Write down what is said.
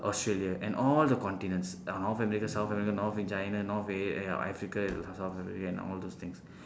australia and all the continents north america south america north china north africa south africa and all those things